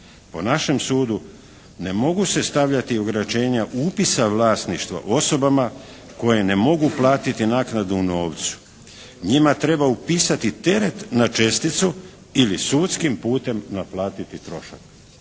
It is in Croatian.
po našem sudu ne mogu se stavljati …/Govornik se ne razumije./… upisa vlasništva osobama koje ne mogu platiti naknadu u novcu. Njima treba upisati teret na česticu ili sudskim putem naplatiti trošak